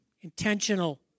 Intentional